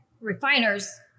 refiners